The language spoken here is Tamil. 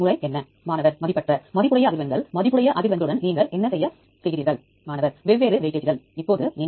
முதலில் டேட்டா சமர்ப்பிப்பு வழியாக என்னை செல்ல விடுங்கள்